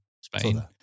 Spain